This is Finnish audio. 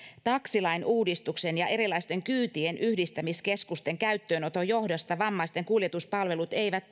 taksilain uudistuksen ja erilaisten kyytienyhdistämiskeskusten käyttöönoton johdosta vammaisten kuljetuspalvelut eivät